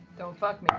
don't fuck me,